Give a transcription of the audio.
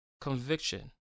conviction